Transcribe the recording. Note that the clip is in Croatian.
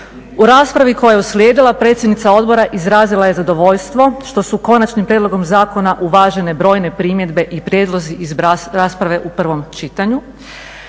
U raspravi koja je uslijedila predsjednica odbora izrazila je zadovoljstvo što su konačnim prijedlogom zakona uvažene brojne primjedbe i prijedlozi iz rasprave u prvom čitanju.